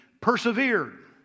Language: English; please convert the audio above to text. persevered